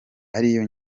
ariyo